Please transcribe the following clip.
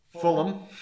Fulham